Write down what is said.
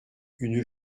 une